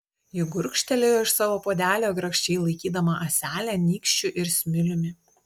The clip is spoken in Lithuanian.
ji gurkštelėjo iš savo puodelio grakščiai laikydama ąselę nykščiu ir smiliumi